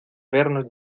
vernos